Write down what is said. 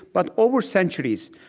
but over centuries.